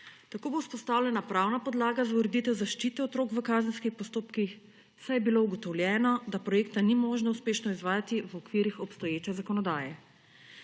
Tako bo vzpostavljena pravna podlaga za ureditev zaščite otrok v kazenskih postopkih, saj je bilo ugotovljeno, da projekta ni možno uspešno izvajati v okvirih obstoječe zakonodaje.